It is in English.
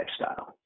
lifestyle